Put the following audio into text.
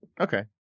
Okay